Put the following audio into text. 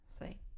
See